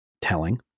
telling